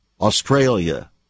Australia